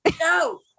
no